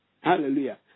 Hallelujah